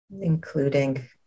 Including